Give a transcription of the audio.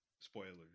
spoilers